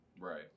Right